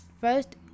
first